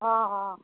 অঁ অঁ